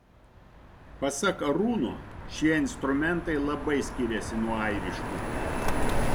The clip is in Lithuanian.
pasak arūno šie instrumentai labai skiriasi nuo airiškų